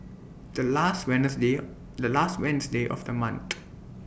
The last Wednesday The last Wednesday of The month